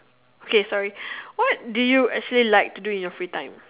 okay sorry what do you actually like to do in your free time